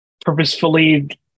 purposefully